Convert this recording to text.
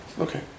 okay